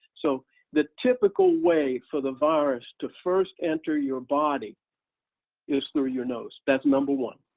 so the typical way for the virus to first enter your body is through your nose, that's number one.